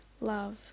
Love